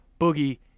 Boogie